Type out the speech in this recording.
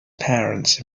parents